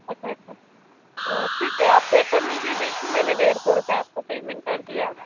अच्छा अच्छा ठीक है आप चेक कर लीजिए देख के मैंने डेढ़ सौ रुपए आपको पेमेंट कर दिया